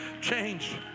change